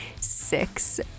six